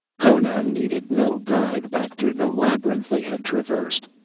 conan needed no guide back through the labyrinth they had traversed.